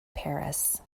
paris